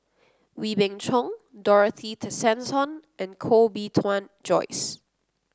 Wee Beng Chong Dorothy Tessensohn and Koh Bee Tuan Joyce